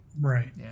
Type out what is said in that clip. right